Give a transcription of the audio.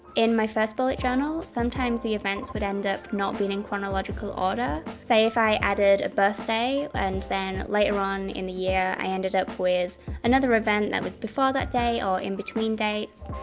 in my first bullet journal, sometimes the events would end up not being in chronological order. say if i added a birthday and then later on in the year i ended up with another event that was before that day or in between dates.